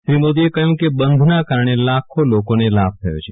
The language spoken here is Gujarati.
શ્રી મોદીએ કહ્યુ કે આ બંધના કારણે લાખો લોકોને લાભ થયો છે